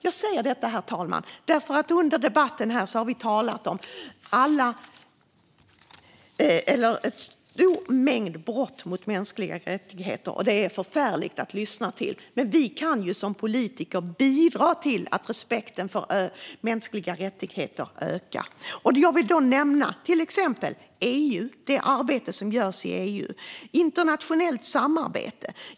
Jag säger detta, herr talman, för att vi under debatten här har tagit upp en stor mängd brott mot mänskliga rättigheter. Det är förfärligt att lyssna till detta. Men vi kan som politiker bidra till att respekten för mänskliga rättigheter ökar. Jag vill till exempel nämna det arbete som görs inom EU och internationellt samarbete.